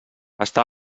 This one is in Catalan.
està